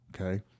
okay